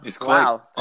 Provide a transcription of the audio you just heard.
Wow